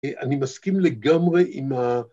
‫אני מסכים לגמרי עם ה...